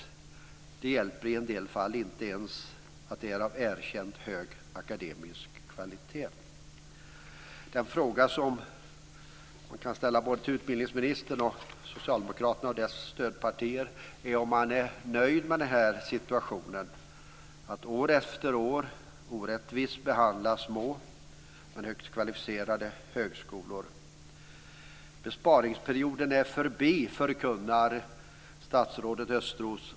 I en del fall hjälper det inte ens att det är fråga om erkänt hög akademisk kvalitet. Den fråga som kan ställas till såväl utbildningsministern och Socialdemokraterna som deras stödpartier är om man är nöjd med situationen att år efter år behandla små men högt kvalificerade högskolor orättvist. Besparingsperioden är förbi, förkunnar statsrådet Östros.